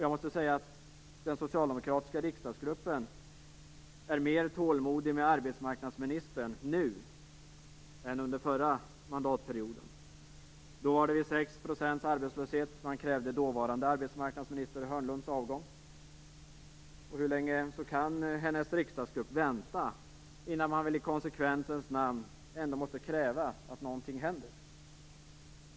Jag måste säga att den socialdemokratiska riksdagsgruppen är mer tålmodig med arbetsmarknadsministern nu än under förra mandatperioden. Då var det 6 % arbetslöshet, och man krävde dåvarande arbetsmarknadsminister Hörnlunds avgång. Och hur länge kan arbetsmarknadsministerns riksdagsgrupp vänta innan man i konsekvensens namn väl ändå måste kräva att någonting händer?